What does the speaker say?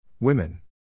Women